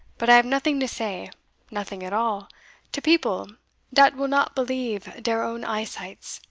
but i have nothing to say nothing at all to people dat will not believe deir own eye-sights.